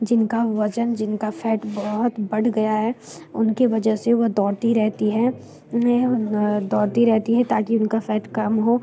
जिनका वज़न जिनका फैट बहुत बढ़ गया है उनके वजह से वो दौड़ती रहती हैं दौड़ती रहती हैं ताकि उनका फैट कम हो